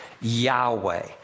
Yahweh